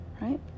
right